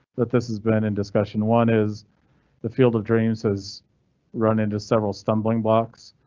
but this has been in discussion. one is the field of dreams has run into several stumbling blocks,